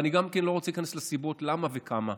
ואני גם לא רוצה להיכנס לסיבות למה וכמה.